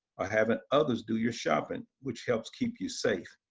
or having others do your shopping, which helps keep you safe.